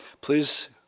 please